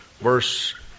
verse